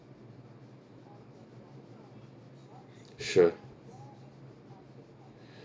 sure